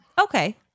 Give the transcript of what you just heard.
Okay